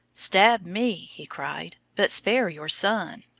stab me, he cried, but spare your son.